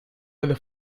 donde